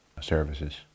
services